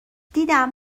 دیدم